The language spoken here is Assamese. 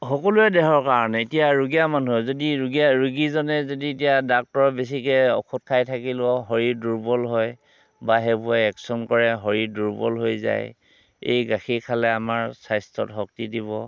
সকলোৰে দেহৰ কাৰণে এতিয়া ৰুগীয়া মানুহে যদি ৰুগীয়া ৰোগীজনে যদি এতিয়া ডাক্টৰৰ বেছিকৈ ঔষধ খাই থাকিলেও শৰীৰ দুৰ্বল হয় বা সেইবোৰে একচন কৰে শৰীৰ দুৰ্বল হৈ যায় এই গাখীৰ খালে আমাৰ স্বাস্থ্যত শক্তি দিব